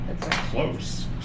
Close